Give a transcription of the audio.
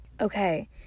okay